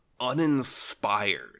uninspired